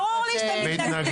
ברור לי שאתה מתנגד.